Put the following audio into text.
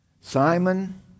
Simon